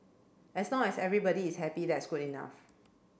as long as everybody is happy that's good enough